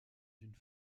d’une